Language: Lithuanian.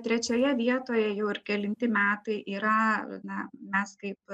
trečioje vietoje jau ir kelinti metai yra na mes kaip